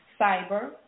cyber